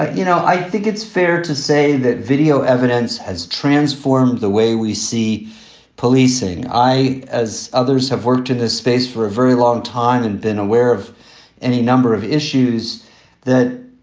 ah you know, i think it's fair to say that video evidence has transformed the way we see policing. i, as others, have worked in this space for a very long time and been aware of any number of issues that,